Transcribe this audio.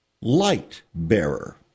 light-bearer